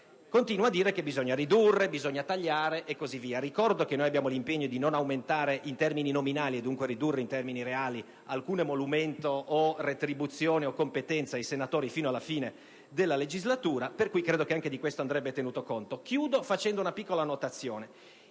continua a dire che bisogna ridurre, tagliare e così via. Ricordo che abbiamo l'impegno di non aumentare in termini nominali, dunque ridurre in termini reali alcuno emolumento o retribuzione o competenza ai senatori fino alla fine della legislatura, per cui anche di questo credo che andrebbe tenuto conto. Alcuni dei colleghi